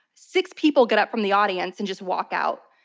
six people get up from the audience and just walk out.